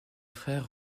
frères